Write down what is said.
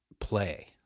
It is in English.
play